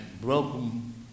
broken